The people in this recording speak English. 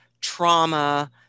trauma